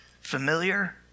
Familiar